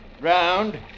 round